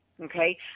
Okay